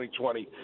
2020